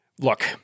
Look